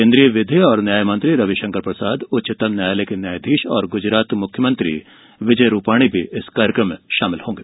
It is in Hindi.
केन्द्रीय विधि और न्याय मंत्री रविशंकर प्रसाद उच्चतम न्यायालय के न्यायाधीश गुजरात मुख्यमंत्री विजय रूपाणी भी इस कार्यक्रम में शामिल होंगे